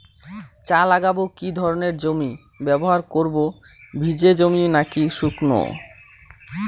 চা লাগাবো কি ধরনের জমি ব্যবহার করব ভিজে জমি নাকি শুকনো?